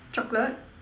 chocolate